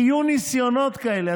כי יהיו ניסיונות כאלה.